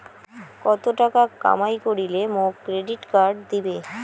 কত টাকা কামাই করিলে মোক ক্রেডিট কার্ড দিবে?